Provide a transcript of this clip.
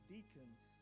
deacons